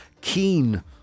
keen